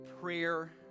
prayer